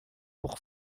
pour